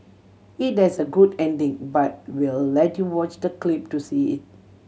it has a good ending but we'll let you watch the clip to see it